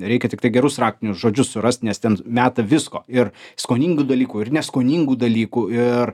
reikia tiktai gerus raktinius žodžius surast nes ten meta visko ir skoningų dalykų ir neskoningų dalykų ir